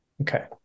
Okay